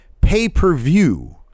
pay-per-view